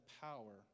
power